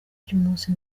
cy’umunsi